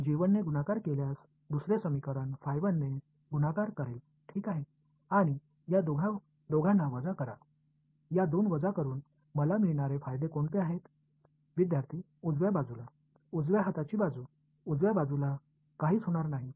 எனவே நாம் செய்யும் தந்திரம் என்னவென்றால் முதல் சமன்பாட்டை எடுப்போம் இந்த முதல் சமன்பாட்டை நான் ஆல் பெருக்கிக் கொள்கிறேன் என்று வைத்துக் கொள்ளுங்கள் இரண்டாவது சமன்பாட்டை மூலம் பெருக்கவும்